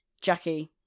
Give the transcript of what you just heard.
Jackie